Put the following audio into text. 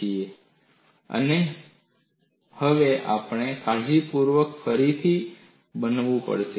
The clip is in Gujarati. તેથી હવે તમારે આને કાળજીપૂર્વક ફરીથી બનાવવું પડશે